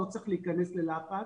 לא צריך להיכנס ללחץ,